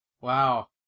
Wow